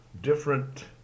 different